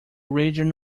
region